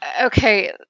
Okay